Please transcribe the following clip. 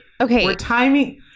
okay